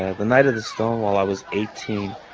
ah the night of the stonewall i was eighteen